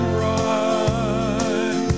right